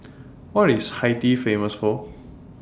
What IS Haiti Famous For